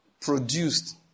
produced